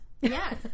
Yes